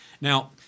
Now